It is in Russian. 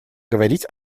говорить